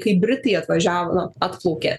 kaip britai atvažiavo na atplaukė